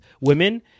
women